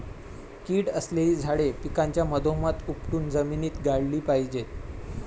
कीड असलेली झाडे पिकाच्या मधोमध उपटून जमिनीत गाडली पाहिजेत